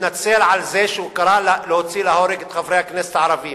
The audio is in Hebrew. יתנצל על זה שהוא קרא להוציא להורג את חברי הכנסת הערבים.